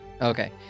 Okay